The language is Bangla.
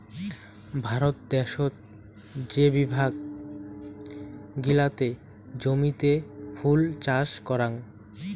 ভারত দ্যাশোত যে বিভাগ গিলাতে জমিতে ফুল চাষ করাং